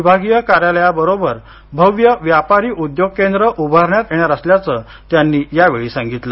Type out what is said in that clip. विभागीय कार्यालयाबरोबरच इथं भव्य व्यापारी उद्योंग केंद्र उभारण्यात येणार असल्याचं त्यांनी यावेळी सांगितल